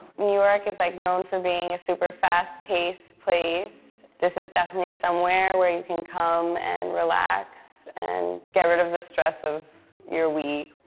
new york is, like, known for being a super fast-paced place. this is definitely somewhere where you can come and relax and get rid of the stress of your week.